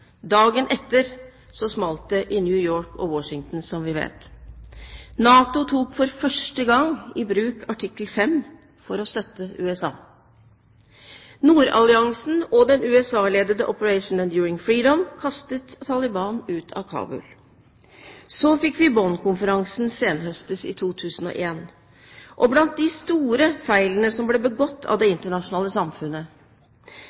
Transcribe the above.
Dagen etter smalt det i New York og Washington, som vi vet. NATO tok for første gang i bruk artikkel 5 for å støtte USA. Nordalliansen og den USA-ledede Operation Enduring Freedom kastet Taliban ut av Kabul. Så fikk vi Bonn-konferansen senhøstes i 2001, og blant de store feilene som ble begått av det